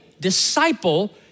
Disciple